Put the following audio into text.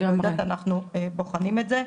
אנחנו בוחנים את זה.